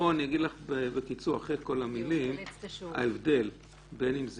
אני אגיד לך בקיצור ההבדל בין אם זה